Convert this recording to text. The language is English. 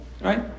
right